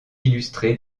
illustrée